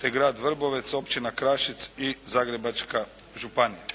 te grad Vrbovec, Općina Krašec i Zagrebačka županija.